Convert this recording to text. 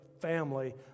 family